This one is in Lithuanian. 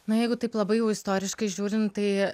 na jeigu taip labai jau istoriškai žiūrint tai